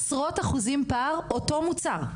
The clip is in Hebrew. פער של עשרות אחוזים לאותו מוצר.